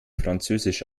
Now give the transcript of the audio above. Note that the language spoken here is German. französisch